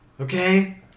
Okay